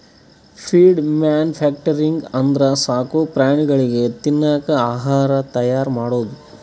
feed manufacturing ಅಂದ್ರ ಸಾಕು ಪ್ರಾಣಿಗಳಿಗ್ ತಿನ್ನಕ್ ಆಹಾರ್ ತೈಯಾರ್ ಮಾಡದು